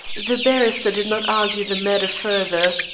the barrister did not argue the matter further.